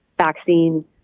vaccine